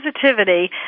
positivity